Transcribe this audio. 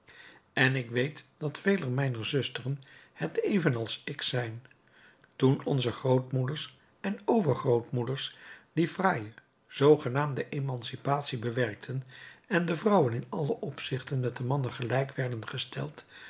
en ik weet dat vele mijner zusteren het even als ik zijn toen onze grootmoeders en overgrootmoeders die fraaie zoogenaamde emancipatie bewerkten en de vrouwen in allen opzichte met de mannen gelijk werden gesteld